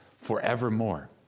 forevermore